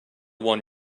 one